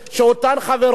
שאותן חברות,